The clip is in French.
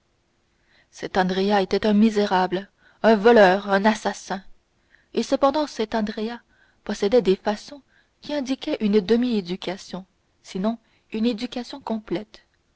cet andrea était un misérable un voleur un assassin et cependant cet andrea possédait des façons qui indiquaient une demi éducation sinon une éducation complète